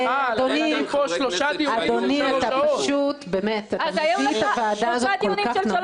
אדוני, אתה פשוט מוריד את הוועדה הזאת כל כך נמוך.